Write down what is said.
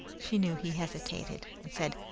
she knew he hesitated, and said,